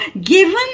given